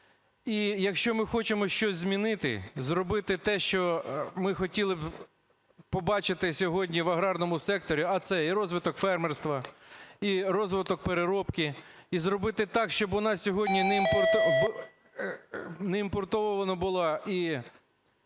І якщо ми хочемо щось змінити, зробити те, що ми хотіли б побачити сьогодні в аграрному секторі, а це і розвиток фермерства, і розвиток переробки, і зробити так, щоб у нас сьогодні не імпортована була і